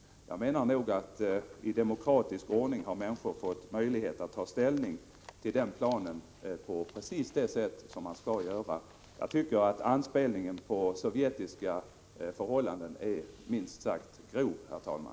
Jag menar nog att människor i demokratisk ordning har fått möjlighet att ta ställning till den planen på precis det sätt som skall ske. Jag tycker att anspelningen på sovjetiska förhållanden är minst sagt grov, herr talman.